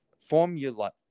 formula